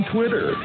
Twitter